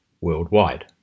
worldwide